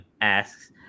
asks